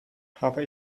habe